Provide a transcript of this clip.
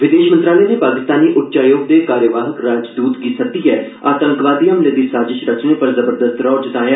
विदेश मंत्रालय नै पाकिस्तानी उच्चायोग दे कार्यवाहक राजदूत गी सद्ददिए आतंकी हमले दी साजश पर जबरदस्त रौह जताया